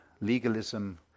legalism